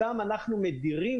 אותם אנחנו מדירים,